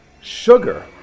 Sugar